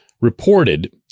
reported